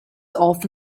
often